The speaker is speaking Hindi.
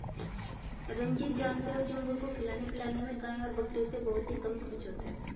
रंजीत जानते हो झींगुर को खिलाने पिलाने में गाय और बकरी से बहुत ही कम खर्च होता है